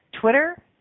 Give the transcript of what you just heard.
Twitter